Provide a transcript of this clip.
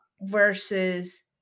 versus